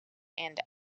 and